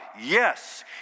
Yes